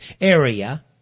area